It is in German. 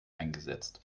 eingesetzt